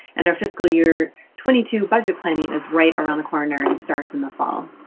and our fiscal year twenty two budget planning is right around the corner and starts in the fall.